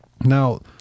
now